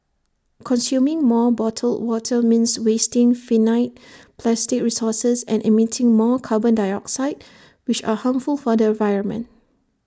consuming more bottled water means wasting finite plastic resources and emitting more carbon dioxide which are harmful for the environment